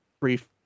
Brief